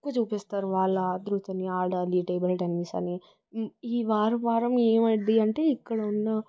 ఎక్కువ చూపిస్తారు వాళ్ళ ఆత్రుతని ఆడాలి టేబుల్ టెన్నిస్ అని ఈ వారం వారం ఏమవుద్ది అంటే ఇక్కడ ఉన్న